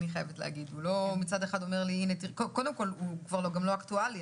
הוא כבר לא אקטואלי,